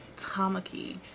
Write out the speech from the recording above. Tamaki